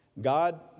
God